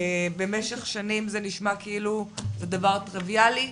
במשך שנים זה נשמע כאילו זה דבר טריוויאלי.